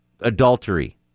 Adultery